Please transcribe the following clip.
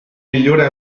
migliore